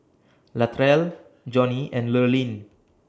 Latrell Johny and Lurline